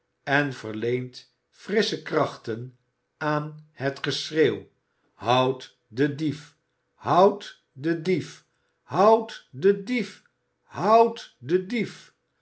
en verleent frissche krachten aan het geschreeuw houdt den dief houdt den dief houdt den dief houdt den dief